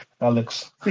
Alex